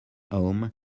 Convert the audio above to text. home